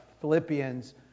Philippians